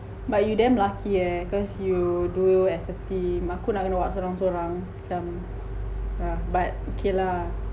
but you damn lucky leh cause you do as a team aku nak kena buat sorang sorang macam but okay lah